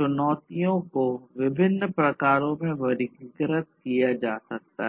चुनौतियों को विभिन्न प्रकारों में वर्गीकृत किया जा सकता है